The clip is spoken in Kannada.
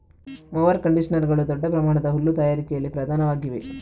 ಮೊವರ್ ಕಂಡಿಷನರುಗಳು ದೊಡ್ಡ ಪ್ರಮಾಣದ ಹುಲ್ಲು ತಯಾರಿಕೆಯಲ್ಲಿ ಪ್ರಧಾನವಾಗಿವೆ